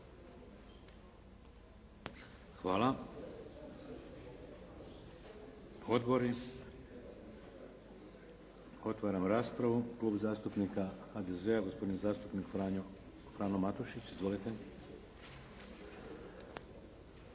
Hvala. Odbori? Otvaram raspravu. Klub zastupnika HDZ-a, gospodin zastupnik Frano Matušić. Izvolite.